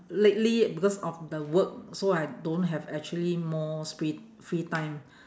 lately because of the work so I don't have actually more s~ free free time